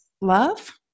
love